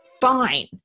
fine